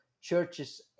churches